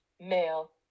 male